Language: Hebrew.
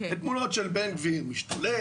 תמונות של בן גביר משתולל,